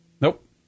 Nope